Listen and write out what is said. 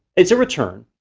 it's a return.